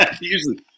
Usually